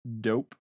dope